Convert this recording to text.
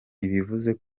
ntibivuze